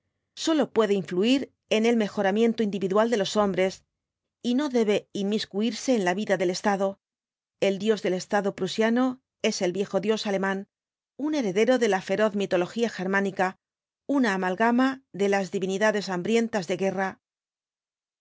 sólo puede inñuir en el mejoramiento individual de ios hombres y no debe inmiscuirse en la vida del estado el dios del estado prusiano es el viejo dios alemán un heredero de la feroz mitología germánica una amalgama de las divinidades hambrientas de guerra en